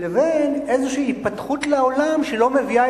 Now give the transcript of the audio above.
לבין איזו היפתחות לעולם שלא מביאה